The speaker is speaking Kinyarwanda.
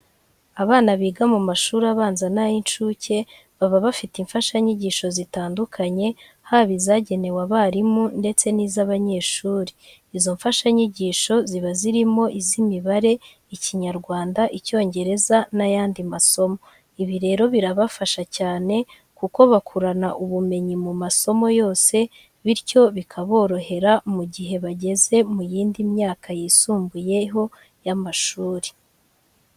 Abana biga mu mashuri abanza n'ay'incuke baba bafie imfashanyigisho zitandukanye, haba izagenewe abarimu ndetse n'iz'abanyeshuri. Izo mfashanyigisho ziba zirimo iz'Imibare, Ikinyarwanda, Icyngereza n'ayandi masomo. Ibi rero birabafasha cyane kuko bakurana ubumenyi mu masomo yose bityo bikaborohera mu gihe bageze mu yindi myaka yisumbuyeho y'amashuri.